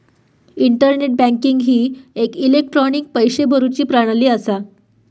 internet banking ही एक electronic पैशे भरुची प्रणाली असा